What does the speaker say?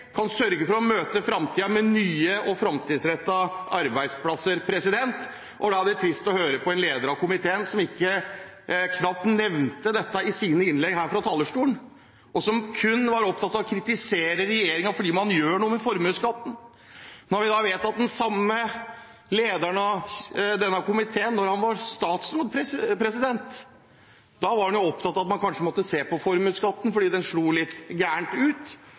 kan møte framtiden med nye og framtidsrettede arbeidsplasser. Da er det trist å høre at lederen av komiteen knapt nevnte dette i sitt innlegg fra talerstolen og kun var opptatt av å kritisere regjeringen fordi man gjør noe med formuesskatten, særlig når vi vet at lederen av denne komiteen som statsråd var opptatt av at man kanskje måtte se på formuesskatten, fordi den slo litt galt ut.